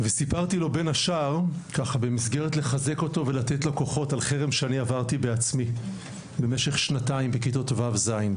בן השאר סיפרתי לו על חרם שעברתי בעצמי במשך שנתיים בכיתות ו'-ז'.